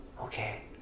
okay